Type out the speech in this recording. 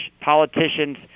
politicians